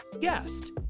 guest